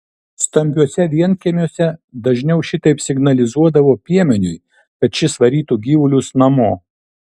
stambiuose vienkiemiuose dažniau šitaip signalizuodavo piemeniui kad šis varytų gyvulius namo